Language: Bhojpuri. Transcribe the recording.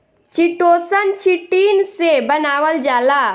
चिटोसन, चिटिन से बनावल जाला